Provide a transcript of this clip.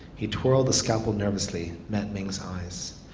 he twirled the scalpel nervously, met ming's eyes.